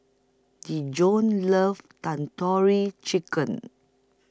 Dejon loves Tandoori Chicken